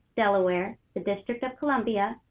delaware, the district of columbia,